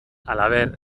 halaber